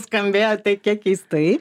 skambėjo tai kiek keistai